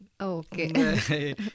Okay